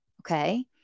Okay